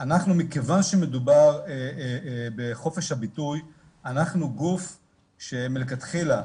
מכיוון שמדובר בחופש הביטוי אנחנו גוף שמלכתחילה,